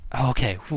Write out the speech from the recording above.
Okay